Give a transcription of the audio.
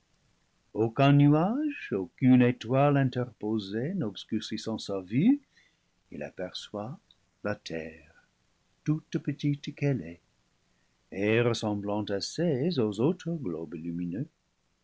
aucun nuage aucune étoile interposés n'obscurcissant sa vue il aperçoit la terre toute petite qu'elle est et ressemblant assez aux autres globes lumineux